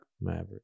Maverick